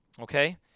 Okay